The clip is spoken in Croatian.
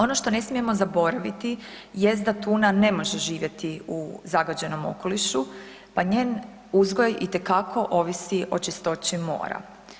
Ono što ne smijemo zaboraviti jest da tuna ne može živjeti i zagađenom okoliš pa njen uzgoj itekako ovisi o čistoći mora.